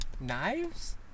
Knives